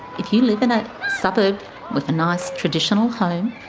if you live in a suburb with a nice traditional home,